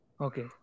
Okay